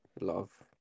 love